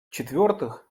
четвертых